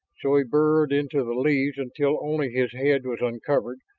so he burrowed into the leaves until only his head was uncovered,